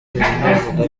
mourinho